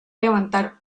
levantar